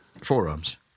Forearms